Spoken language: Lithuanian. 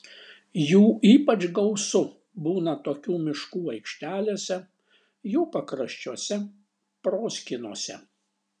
jų ypač gausu būna tokių miškų aikštelėse jų pakraščiuose proskynose